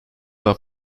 daha